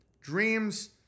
dreams